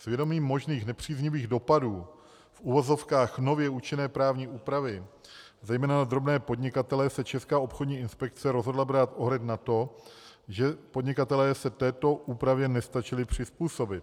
S vědomím možných nepříznivých dopadů v uvozovkách nové účinné právní úpravy zejména na drobné podnikatele se Česká obchodní inspekce rozhodla brát ohled na to, že podnikatelé se této úpravě nestačili přizpůsobit.